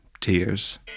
tears